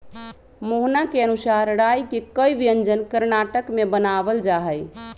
मोहना के अनुसार राई के कई व्यंजन कर्नाटक में बनावल जाहई